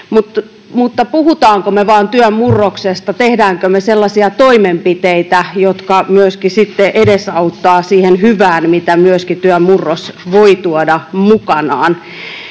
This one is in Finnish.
Mutta puhummeko me vain työn murroksesta? Teemmekö me sellaisia toimenpiteitä, jotka myöskin sitten edesauttavat siihen hyvään, mitä myöskin työn murros voi tuoda mukanaan?